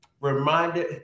reminded